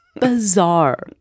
Bizarre